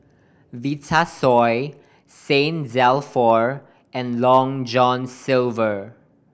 Vitasoy Saint Dalfour and Long John Silver